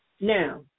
Now